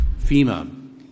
FEMA